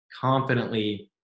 confidently